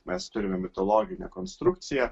mes turime mitologinę konstrukciją